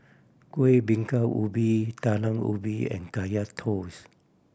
Kueh Bingka Ubi Talam Ubi and Kaya Toast